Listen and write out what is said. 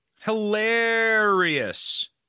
Hilarious